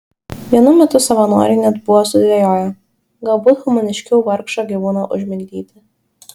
vienu metu savanoriai net buvo sudvejoję galbūt humaniškiau vargšą gyvūną užmigdyti